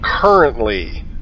currently